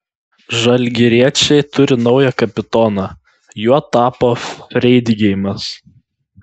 žalgiriečiai turi naują kapitoną juo tapo freidgeimas